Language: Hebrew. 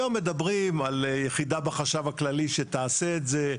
היום מדברים על יחידה בחשב הכללי שתעשה את זה.